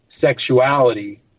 sexuality